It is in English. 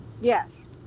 yes